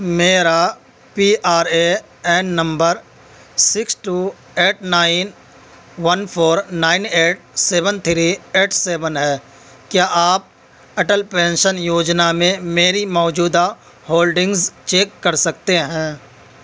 میرا P R A N number six two eight nine one four nine eight seven three eight seven ہے کیا آپ Atal pension Yojana میں میری موجودہ ہولڈنگز چیک کر سکتے ہیں